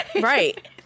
Right